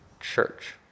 church